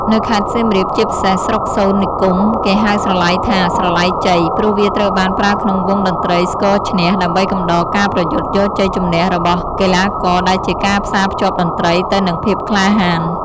នៅខេត្តសៀមរាប ជាពិសេសស្រុកសូត្រនិគម គេហៅស្រឡៃថា «ស្រឡៃជ័យ» ព្រោះវាត្រូវបានប្រើក្នុងវង់តន្ត្រីស្គរឈ្នះ ដើម្បីកំដរការប្រយុទ្ធយកជ័យជំនះរបស់កីឡាករ ដែលជាការផ្សារភ្ជាប់តន្ត្រីទៅនឹងភាពក្លាហាន។